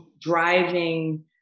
driving